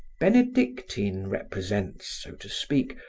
benedictine represents, so to speak,